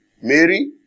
Mary